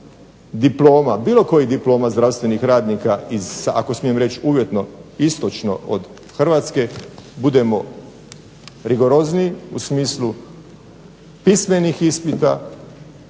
diploma, bilo kojih diploma zdravstvenih radnika ako smijem reći uvjetno istočno od Hrvatske budemo rigorozniji u smislu pismenih ispita,